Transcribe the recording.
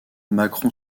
macron